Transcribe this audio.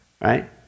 Right